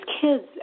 kids